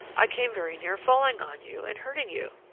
i came very near falling on you and hurting you.